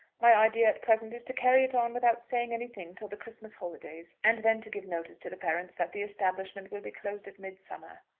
my idea at present is to carry it on without saying anything till the christmas holidays, and then to give notice to the parents that the establishment will be closed at midsummer.